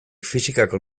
fisikako